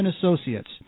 Associates